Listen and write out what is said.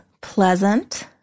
pleasant